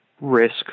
risk